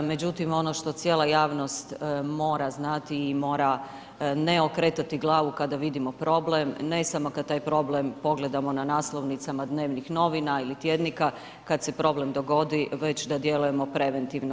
Međutim, ono što cijela javnost mora znati i mora ne okretati glavu kada vidimo problem, ne samo kad taj problem pogledamo na naslovnicama dnevnih novina ili tjednika, kad se problem dogodi, već da djelujemo preventivno.